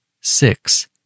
six